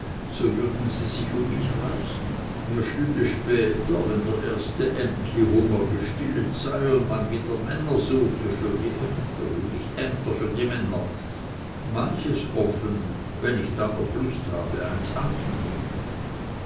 verstießen würden sie sich um mich reißen mir stünden später wenn der erste ämtlihunger gestillet sei und man wieder männer suche für die ämter und nicht ämter für die männer manches offen wenn ich dann noch lust habe eines anzunehmen